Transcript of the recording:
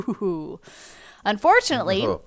Unfortunately